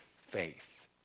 faith